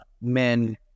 men